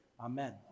Amen